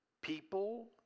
people